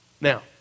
Now